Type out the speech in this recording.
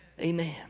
Amen